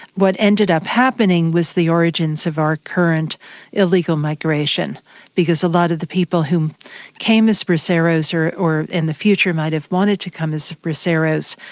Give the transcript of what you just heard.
what ended up happening was the origins of our current illegal migration because a lot of the people who came as braceros or or in the future might have wanted to come as braceros,